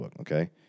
okay